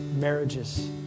marriages